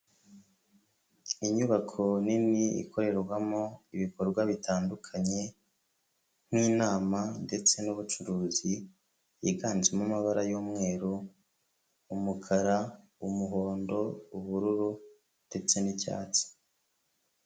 Inyubako nini ikorerwamo ibikorwa bitandukanye nk'inama ndetse n'ubucuruzi yiganjemo amabara y'umweru, umukara, umuhondo, ubururu ndetse n'icyatsi